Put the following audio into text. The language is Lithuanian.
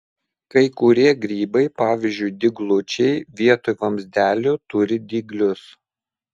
kai kurie grybai pavyzdžiui dyglučiai vietoj vamzdelių turi dyglius